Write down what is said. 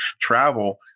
travel